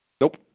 Nope